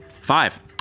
five